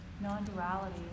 non-duality